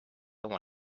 oma